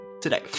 today